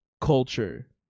culture